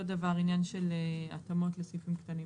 אותו דבר, עניין של התאמות לסעיפים קטנים.